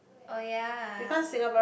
oh yea